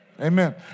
Amen